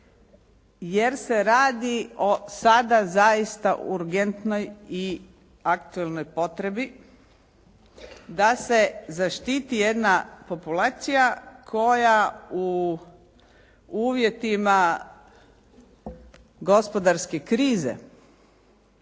jer se radi o sada zaista urgentnoj i aktualnoj potrebi da se zaštiti jedna populacija koja u uvjetima gospodarske krize